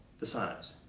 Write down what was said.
the sonnets.